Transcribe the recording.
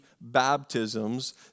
baptisms